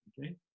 okay